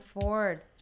Ford